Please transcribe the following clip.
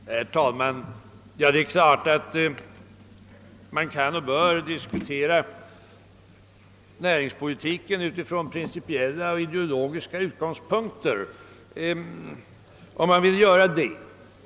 Herr talman! Det är klart att man kan och bör diskutera näringspolitiken med principiella och ideologiska utgångspunkter, om man så vill.